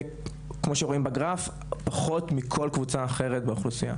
כמו שרואים בגרף, פחות מכל קבוצה אחרת באוכלוסייה.